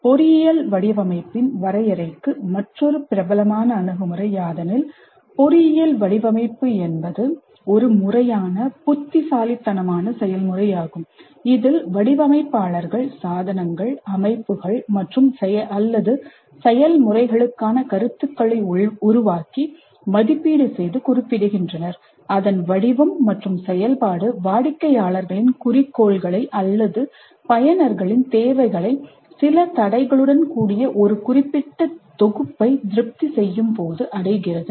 பொறியியல் வடிவமைப்பின் வரையறைக்கு மற்றொரு பிரபலமான அணுகுமுறை பொறியியல் வடிவமைப்பு என்பது ஒரு முறையான புத்திசாலித்தனமான செயல்முறையாகும் இதில் வடிவமைப்பாளர்கள் சாதனங்கள் அமைப்புகள் அல்லது செயல்முறைகளுக்கான கருத்துக்களை உருவாக்கி மதிப்பீடு செய்து குறிப்பிடுகின்றனர் அதன் வடிவம் மற்றும் செயல்பாடு வாடிக்கையாளர்களின் குறிக்கோள்களை அல்லது பயனர்களின் தேவைகளை சில தடைகளுடன் கூடிய ஒரு குறிப்பிட்ட தொகுப்பை திருப்தி செய்யும் போது அடைகிறது